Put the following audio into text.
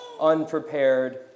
unprepared